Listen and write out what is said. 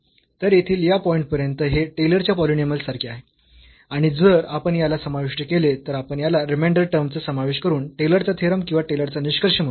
तर येथील या पॉईंट पर्यंत हे टेलर च्या पॉलिनॉमियल सारखे आहे आणि जर आपण याला समाविष्ट केले तर आपण याला रिमेंडर टर्म चा समावेश करून टेलर चा थेरम किंवा टेलरचा निष्कर्ष म्हणू